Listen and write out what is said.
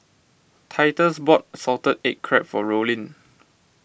Titus bought Salted Egg Crab for Rollin